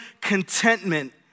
contentment